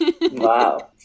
Wow